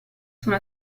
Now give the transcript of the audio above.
sono